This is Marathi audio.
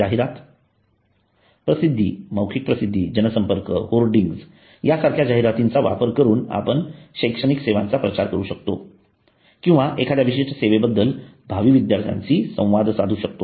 जाहिरात प्रसिद्धी मौखिक प्रसिद्धी जनसंपर्क होर्डिंग्ज यांसारख्या जाहिरातींचा वापर करून आपण शैक्षणिक सेवांचा प्रचार करू शकतो किंवा एखाद्या विशिष्ट सेवेबद्दल भावी विद्यार्थ्यांशी संवाद साधू शकतो